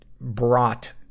brought